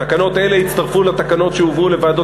תקנות אלה הצטרפו לתקנות שהובאו לוועדות